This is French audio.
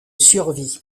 survie